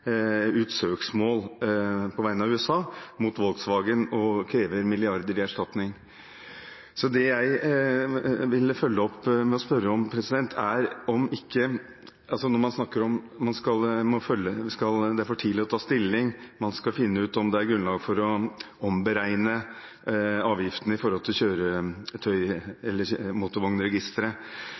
på vegne av USA mot Volkswagen og krever milliarder i erstatning. Det jeg vil følge opp med å spørre om, er: Man snakker om at det er for tidlig å ta stilling, man skal finne ut om det er grunnlag for å omberegne avgiftene,